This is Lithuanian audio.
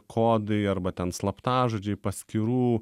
kodai arba ten slaptažodžiai paskyrų